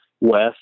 west